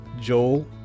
joel